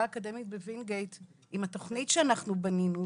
האקדמית בווינגיט עם התוכנית שאנחנו בנינו,